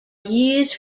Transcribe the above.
used